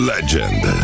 Legend